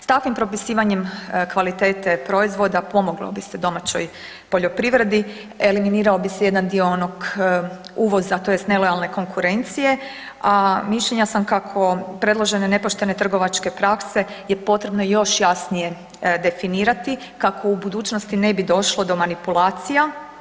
S takvim propisivanjem kvalitete proizvoda pomoglo bi se domaćoj poljoprivredi, eliminirao bi se jedan dio onog uvoza tj. nelojalne konkurencije, a mišljenja sam kako predložene nepoštene trgovačke prakse je potrebno još jasnije definirati kako u budućnosti ne bi došlo do manipulacija.